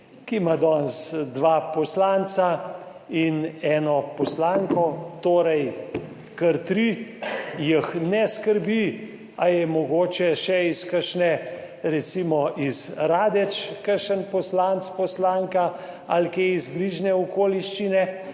ki ima danes dva poslanca in eno poslanko, torej kar tri, jih ne skrbi, ali je mogoče še iz kakšne, recimo iz Radeč kakšen poslanec, poslanka ali iz bližnje okoliščine